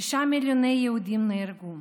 שישה מיליוני יהודים נהרגו,